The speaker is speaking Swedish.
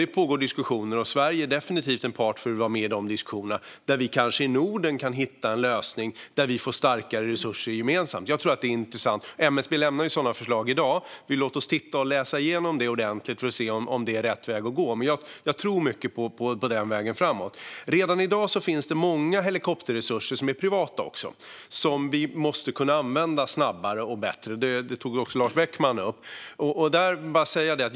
Det pågår diskussioner, och Sverige vill definitivt vara med i de diskussionerna. Vi kanske kan hitta en lösning i Norden där vi gemensamt får starkare resurser. Jag tror att det är intressant. MSB lämnar sådana förslag i dag. Låt oss läsa igenom dem ordentligt för att se om detta är rätt väg att gå. Jag tror mycket på den vägen framåt. Redan i dag finns det också stora privata helikopterresurser, som vi måste kunna använda snabbare och bättre; det tog också Lars Beckman upp.